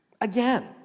Again